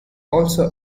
also